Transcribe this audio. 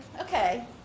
okay